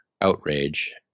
outrage